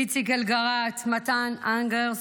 איציק אלגרט, מתן אנגרסט,